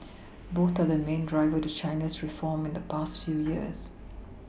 both are the main driver to China's reform in the past few years